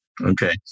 Okay